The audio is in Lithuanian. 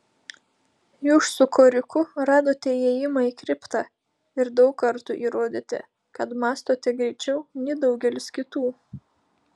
jūs su koriku radote įėjimą į kriptą ir daug kartų įrodėte kad mąstote greičiau nei daugelis kitų